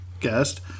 guest